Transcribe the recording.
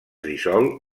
dissol